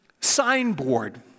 signboard